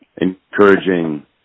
encouraging